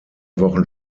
wochen